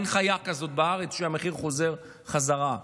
אין חיה כזאת בארץ שהמחיר חוזר חזרה,